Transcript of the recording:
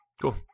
cool